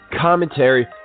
commentary